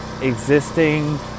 Existing